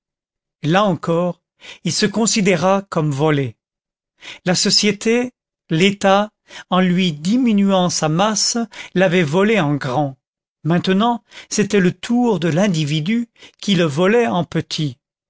là encore il se considéra comme volé la société l'état en lui diminuant sa masse l'avait volé en grand maintenant c'était le tour de l'individu qui le volait en petit